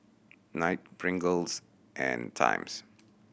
Knight Pringles and Times